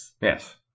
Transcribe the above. Yes